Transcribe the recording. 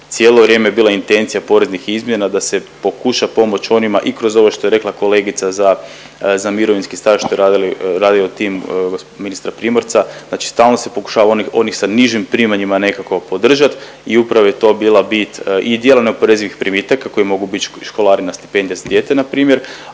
cijelo vrijeme bila intencija poreznih izmjena, da se pokuša pomoć onima i kroz ovo što je rekla kolegica za, mirovinski staž, radili, radio tim ministra Primorca, znači stalno se pokušava onih sa nižim primanjima nekako podržati i upravo je to bila bit i dijela neoporezivih primitaka, koji mogu bit i školarina, stipendija za dijete, npr.,